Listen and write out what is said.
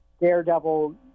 Daredevil